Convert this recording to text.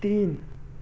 تین